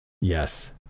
Yes